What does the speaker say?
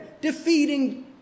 defeating